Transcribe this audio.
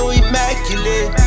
immaculate